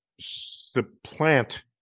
supplant